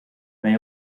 may